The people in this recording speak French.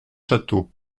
châteaux